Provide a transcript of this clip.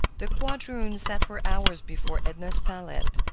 the quadroon sat for hours before edna's palette,